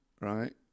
right